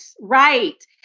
Right